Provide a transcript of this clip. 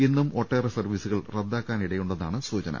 ഇന്നും ഒട്ടേറെ സർവ്വീസുകൾ റദ്ദാക്കാനിടയുണ്ടെന്നാണ് സൂചന